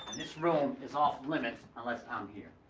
this room is off limits unless i'm here,